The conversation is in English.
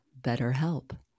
BetterHelp